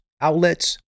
outlets